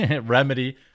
remedy